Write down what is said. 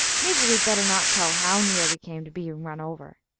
maybe we'd better not tell how near we came to being run over.